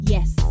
Yes